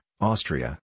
Austria